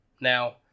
Now